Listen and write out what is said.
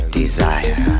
desire